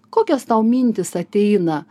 kokios tau mintys ateina